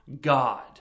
God